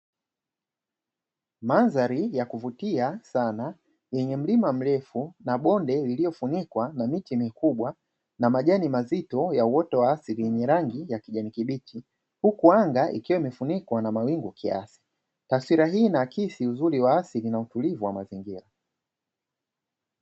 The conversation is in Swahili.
Madhari ya kuvutia sana yenye mlima mrefu na bonde lililofunikwa na miti mikubwa na majani mazito ya uoto wa asili yenye rangi ya kijani kibichi, huku anga ikiwa imefunikwa na mawingu kiasi taswira hii ina akisi uzuri wa asili na utulivu wa mazingira.